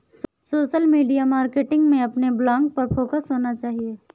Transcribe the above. social media marketing में अपने blog पर फोकस होना चाहिए